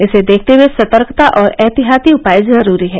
इसे देखते हुए सतर्कता और एहतियाती उपाय जरूरी हैं